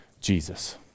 Jesus